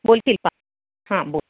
बोल शिल्पा हां बोल